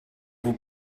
vous